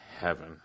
heaven